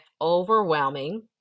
overwhelming